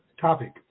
Topic